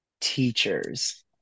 teachers